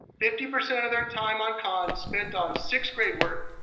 fifty percent of their time on khan spent on sixth grade work,